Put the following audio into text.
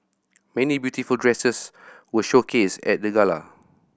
many beautiful dresses were showcased at the gala